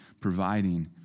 providing